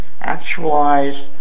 actualize